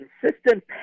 consistent